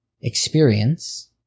experience